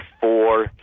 four